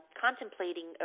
contemplating